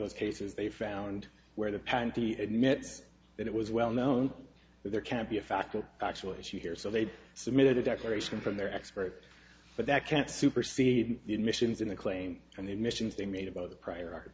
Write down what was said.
those cases they found where the pantie admits that it was well known that there can't be a factor of actual issue here so they submitted a declaration from their expert but that can't supersede the admissions in the claim from the admissions they made about the prior